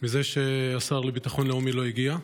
מזה שהשר לביטחון לאומי לא הגיע.